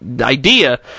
Idea